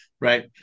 right